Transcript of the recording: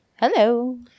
Hello